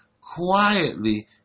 quietly